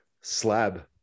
slab